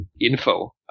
info